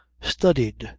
studied,